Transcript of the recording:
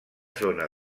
zona